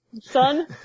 son